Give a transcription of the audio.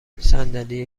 صندلی